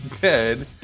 good